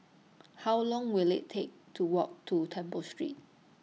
How Long Will IT Take to Walk to Temple Street